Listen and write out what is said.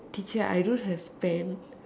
teacher I don't have pen